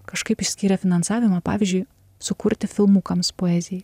kažkaip išskyrė finansavimą pavyzdžiui sukurti filmukams poezijai